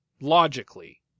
logically